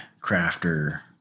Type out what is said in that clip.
crafter